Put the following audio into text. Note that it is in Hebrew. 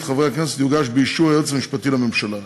חברי הכנסת יוגש באישור היועץ המשפטי לממשלה.